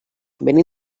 venim